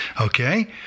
Okay